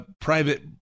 private